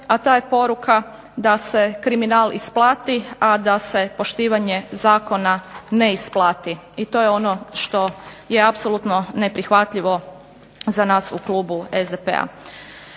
a ta je poruka da se kriminal isplati, a da se poštivanje zakona ne isplati. I to je ono što je apsolutno neprihvatljivo za nas u klubu SDP-a.